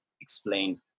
explain